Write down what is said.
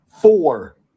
Four